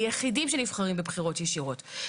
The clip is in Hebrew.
היחידים שנבחרים בבחירות ישירות.